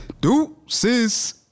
Do-sis